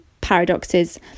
paradoxes